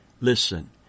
Listen